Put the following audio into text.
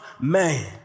man